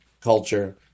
culture